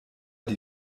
die